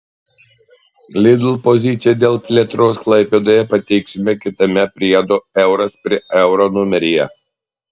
lidl poziciją dėl plėtros klaipėdoje pateiksime kitame priedo euras prie euro numeryje